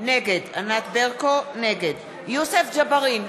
נגד יוסף ג'בארין,